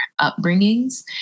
upbringings